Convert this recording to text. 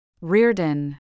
Reardon